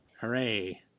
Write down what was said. hooray